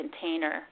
container